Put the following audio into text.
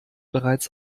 bereits